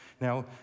Now